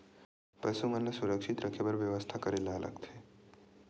पशु मन ल सुरक्षित रखे बर का बेवस्था करेला लगथे?